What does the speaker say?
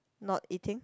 not eating